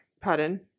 Pardon